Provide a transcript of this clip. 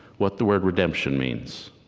what the word redemption means.